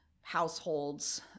households